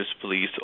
police